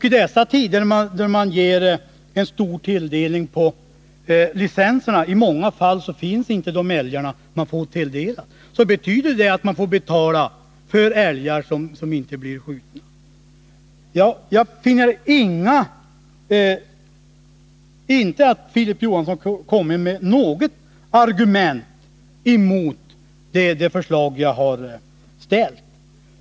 I dessa tider ger man stor tilldelning på jaktlicenserna — i många fall finns inte så många älgar som man får sig tilldelade. Det betyder att man får betala för älgar som inte blir skjutna. Jag finner inte att Filip Johansson kommit med något hållbart argument mot det förslag jag har ställt.